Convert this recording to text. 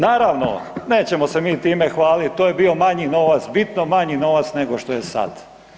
Naravno, nećemo se mi time hvalit, to je bio manji novac, bitno manji novac nego što je sad.